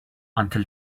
until